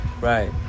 right